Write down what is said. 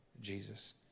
Jesus